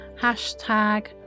Hashtag